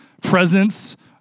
presence